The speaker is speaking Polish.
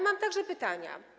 Mam także pytania.